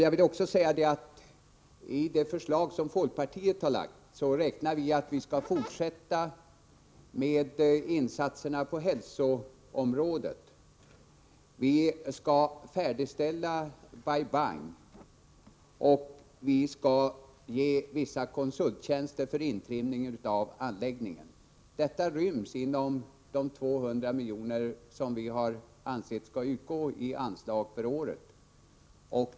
I det förslag som folkpartiet har lagt fram räknar vi med att vi skall fortsätta med insatser på hälsoområdet, att vi skall färdigställa Bai Bang och att vi skall ge vissa konsulttjänster för intrimningen av anläggningen. Detta ryms inom beloppet 200 milj.kr., som vi har ansett skall utgå i anslag för året.